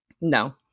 No